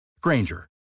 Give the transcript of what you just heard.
Granger